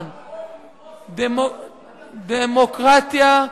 יש לך את, לדרוס אותם, חבר הכנסת פלסנר.